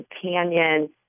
companion